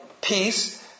peace